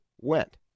went